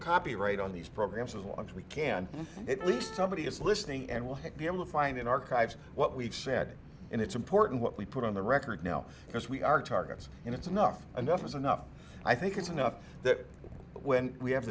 copyright on these programs as long as we can at least somebody is listening and will be able to find in archives what we've said and it's important what we put on the record now because we are targets and it's enough enough is enough i think it's enough that when we have